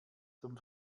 zum